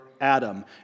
Adam